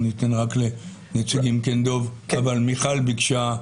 מיכל ביקשה,